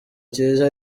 cyiza